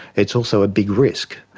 it's also a big risk.